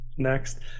Next